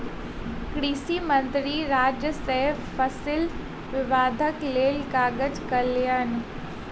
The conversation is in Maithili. कृषि मंत्री राज्य मे फसिल विविधताक लेल काज कयलैन